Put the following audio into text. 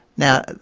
now,